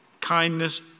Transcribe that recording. kindness